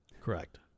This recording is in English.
Correct